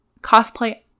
cosplay